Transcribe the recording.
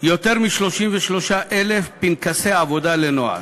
יותר מ-33,000 פנקסי עבודה לנוער.